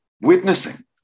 witnessing